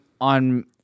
on